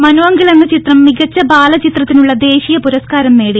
Manu uncle എന്ന ചിത്രം മികച്ച ബാലചിത്രത്തിനുള്ള ദേശീയ പുരസ്കാരം നേടി